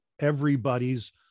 everybody's